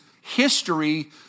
history